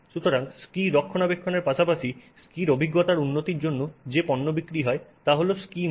সুতরাং স্কী রক্ষণাবেক্ষণের পাশাপাশি স্কীর অভিজ্ঞতা উন্নতির জন্য যে পণ্য বিক্রি হয় তা হল স্কী মোম